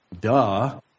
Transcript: Duh